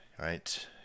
Right